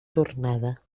tornada